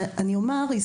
בנוסף,